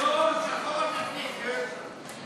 יום שחור לכנסת.